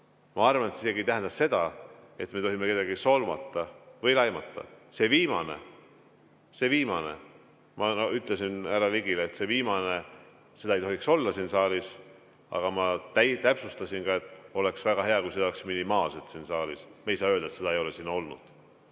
Ma arvan, et see isegi ei tähenda seda, et me tohime kedagi solvata või laimata. See viimane – ma ütlesin härra Ligile, et seda viimast ei tohiks olla siin saalis, aga ma täpsustasin ka, et oleks väga hea, kui seda oleks siin saalis minimaalselt. Me ei saa öelda, et seda ei ole siin olnud. Jürgen